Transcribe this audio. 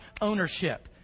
ownership